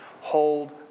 Hold